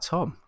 Tom